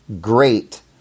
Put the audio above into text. great